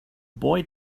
boy